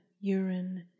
urine